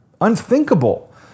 unthinkable